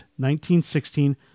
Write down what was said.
1916